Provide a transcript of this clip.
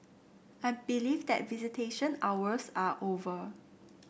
I believe that visitation hours are over